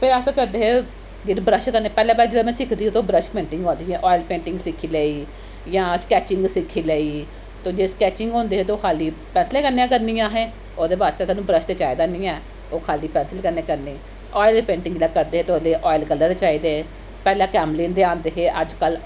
फिर अस करदे हे जेह्ड़ी ब्रश कन्नै पैह्लें पैह्लें जिल्लै में सिखदी ही ते ओह ब्रश पेंटिंग होआ दी ही आयल पेंटिंग बी सिक्खी लेई जां स्कैचिंग सिक्खी लेई तो जे स्कैचिंग होंदे हे ते ओह् खाल्ली पैन्सलें कन्नै गै करनी असें ओहदे बास्तै सानूं ब्रश ते चाहिदा निं हे ओह् खाल्ली पैन्सल कन्नै करनी आयल पेंटिंग जिल्लै करदे हे ओह्दे च आयल कलर बी चाहिदे हे पैह्लें कैमलिन दे औंदे हे अजकल्ल